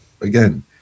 again